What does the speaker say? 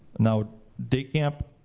now day camp,